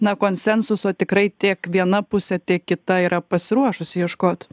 na konsensuso tikrai tiek viena pusė tiek kita yra pasiruošusi ieškot